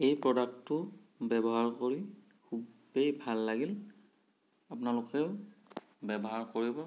এই প্ৰডাক্টটো ব্যৱহাৰ কৰি খুবেই ভাল লাগিল আপোনালোকেও ব্যৱহাৰ কৰিব